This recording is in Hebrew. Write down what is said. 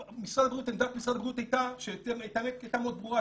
עמדת משרד הבריאות הייתה מאוד ברורה,